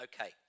okay